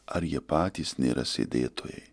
ar jie patys nėra sėdėtojai